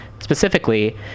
Specifically